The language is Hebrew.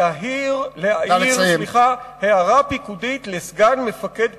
להעיר הערה פיקודית לסגן מפקד פלוגה,